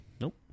Nope